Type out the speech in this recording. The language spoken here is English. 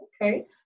Okay